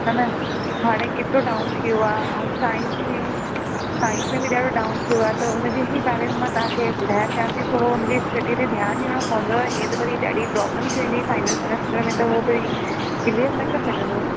हा न हाणे केतिरो डाउन थियो आहे ऐं साइंस में साइंस में बि ॾाढो डाउन थियो आहे त उनजे ई बारे में मां तव्हांखे ॿुधाइण चाहियां थी थोरो हुनजी स्टडीज़ ते ध्यानु ॾियणो पवंदो ईअं त वरी ॾाढी प्रॉब्लम थी वेंदी फाइनल सैमेस्टर में त उहो वरी क्लीयर न करे सघंदो